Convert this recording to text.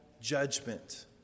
judgment